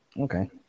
Okay